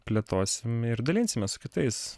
plėtosime ir dalinsimės su kitais